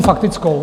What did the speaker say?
Faktickou?